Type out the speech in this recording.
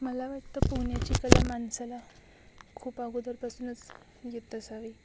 मला वाटतं पोहण्याची कला माणसाला खूप अगोदरपासूनच येत असावी